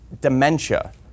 dementia